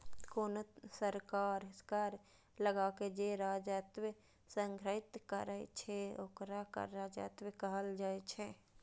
कोनो सरकार कर लगाके जे राजस्व संग्रहीत करै छै, ओकरा कर राजस्व कहल जाइ छै